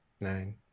Nine